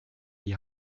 die